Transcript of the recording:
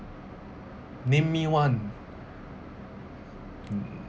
name me one